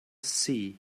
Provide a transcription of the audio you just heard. sea